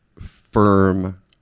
firm